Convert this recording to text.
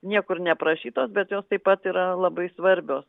niekur neaprašytos bet jos taip pat yra labai svarbios